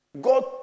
God